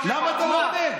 למה אתה לא עונה?